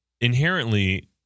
inherently